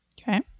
Okay